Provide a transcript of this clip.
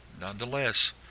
Nonetheless